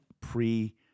pre